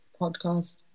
podcast